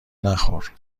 نخور